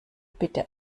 bitte